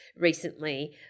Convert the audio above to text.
recently